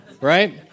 Right